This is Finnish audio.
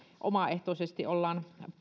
omaehtoisesti ollaan